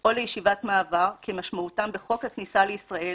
או לישיבת מעבר, כמשמעותם בחוק הכניסה לישראל,